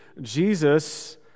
Jesus